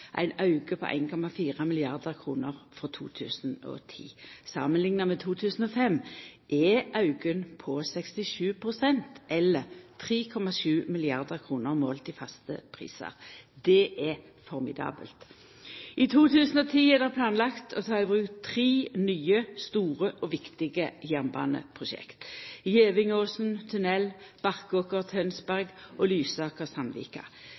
ein auke på 1,4 mrd. kr frå 2010. Samanlikna med 2005 er auken på 67 pst., eller 3,7 mrd. kr målt i faste prisar. Det er formidabelt. I 2011 er det planlagt å ta i bruk tre nye, store og viktige jernbaneprosjekt: